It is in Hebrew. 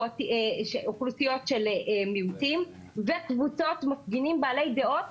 אוכלוסיות של מיעוטים וקבוצות מפגינים בעלי דעות